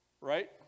right